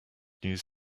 news